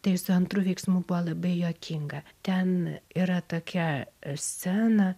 tai su antru veiksmu buvo labai juokinga ten yra tokia scena